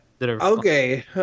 Okay